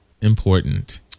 important